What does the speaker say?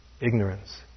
ignorance